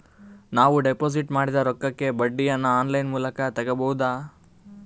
ನಾವು ಡಿಪಾಜಿಟ್ ಮಾಡಿದ ರೊಕ್ಕಕ್ಕೆ ಬಡ್ಡಿಯನ್ನ ಆನ್ ಲೈನ್ ಮೂಲಕ ತಗಬಹುದಾ?